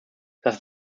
das